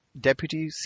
Deputy